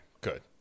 good